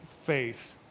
Faith